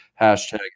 Hashtag